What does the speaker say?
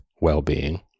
well-being